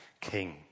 king